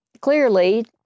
clearly